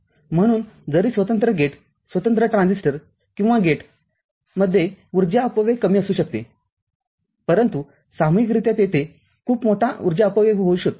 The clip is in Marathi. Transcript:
म्हणून जरी स्वतंत्र गेट स्वतंत्र ट्रांझिस्टर किंवा गेटमध्ये उर्जा अपव्यय कमी असू शकते परंतु सामूहिकरित्या तेथे खूप मोठा उर्जा अपव्यय होऊ शकतो